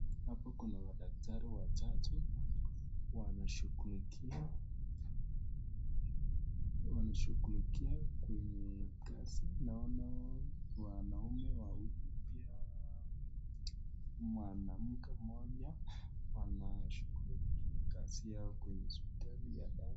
Hapa kuna madaktari watatu wanashughulikia kwenye kazi, naona wanaume wawili pia mwanamke mmoja wanashughulikia kazi yao kwenye hosiptali ya dawa.